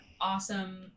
awesome